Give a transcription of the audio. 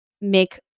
make